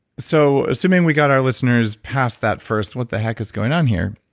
so assuming we got our listeners past that first, what the heck is going on here?